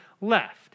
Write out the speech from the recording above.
left